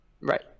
right